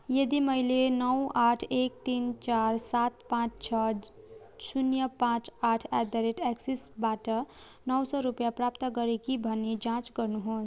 यदि मैले नौ आठ एक तिन चार सात पाँच छ शून्य पाँच आठ एट द रेट एक्सिसबाट नौ सौ रूपिया प्राप्त गरेँ कि भनी जाँच गर्नुहोस्